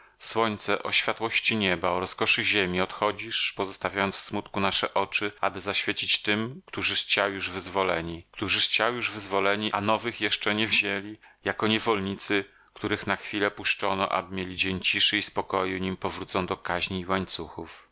słońce o światłości nieba o rozkoszy ziemi odchodzisz pozostawiając w smutku nasze oczy aby zaświecić tym którzy z ciał już wyzwoleni którzy z ciał już wyzwoleni a nowych jeszcze nie wzięli jako niewolnicy których na chwilę puszczono aby mieli dzień ciszy i spokoju nim powrócą do kaźni i łańcuchów